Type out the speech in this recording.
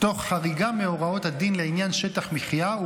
תוך חריגה מהוראות הדין לעניין שטח מחיה,